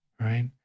right